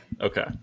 Okay